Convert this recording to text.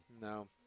No